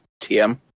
TM